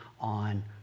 on